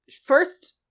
first